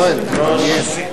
גברתי היושבת-ראש,